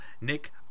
Nick